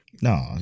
No